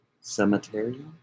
cemetery